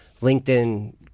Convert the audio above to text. LinkedIn